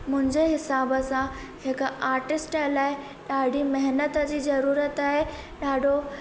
मुंहिंजे हिसाब सां हिक आर्टिस्ट लाइ ॾाढी महिनत जी ज़रूरत आहे ॾाढो